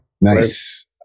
Nice